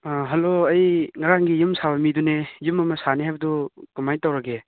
hello ꯑꯩ ꯉꯔꯥꯡꯒꯤ ꯌꯨꯝ ꯁꯥꯕ ꯃꯤꯗꯨꯅꯦ ꯌꯨꯝ ꯑꯃ ꯁꯥꯅꯦ ꯍꯥꯏꯕꯗꯨ ꯀꯃꯥꯏꯅ ꯇꯧꯔꯒꯦ